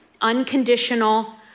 unconditional